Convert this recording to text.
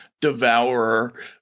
devourer